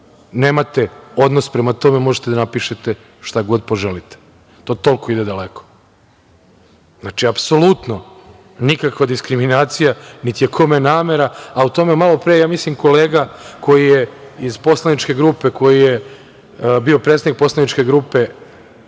nemate odnos, prema tome možete da napišete šta god poželite. To toliko ide daleko. Apsolutno, nikakva diskriminacija, niti je kome namera, a u tome je malopre kolega koji je iz poslaničke grupe, koji je bio predstavnik poslaničke grupe,